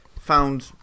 found